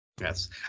Yes